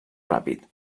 ràpid